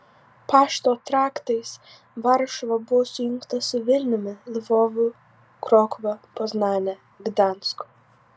pašto traktais varšuva buvo sujungta su vilniumi lvovu krokuva poznane gdansku